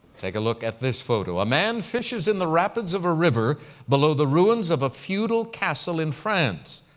take a look at this photo. a man fishes in the rapids of a river below the ruins of a feudal castle in france.